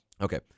Okay